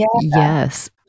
yes